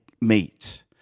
meet